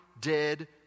dead